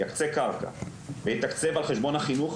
יקצה קרקע ויתקצב על חשבון החינוך,